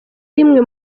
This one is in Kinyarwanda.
rimwe